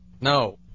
No